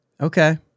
Okay